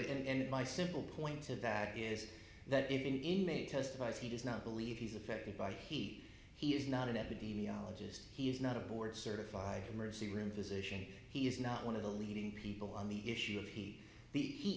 and my simple point of that is that even in a testifies he does not believe he's affected by he he is not an epidemiologist he is not a board certified emergency room physician he is not one of the leading people on the issue if he